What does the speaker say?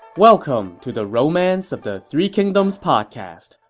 welcome to the romance of the three kingdoms podcast.